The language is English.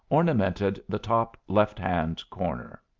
ornamented the top left-hand corner.